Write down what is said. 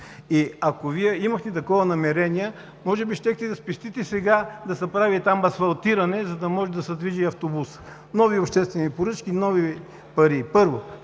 И ако Вие имахте такова намерение, може би щяхте да спестите сега да се прави там асфалтиране, за да може да се движи автобусът. Нови обществени поръчки, нови пари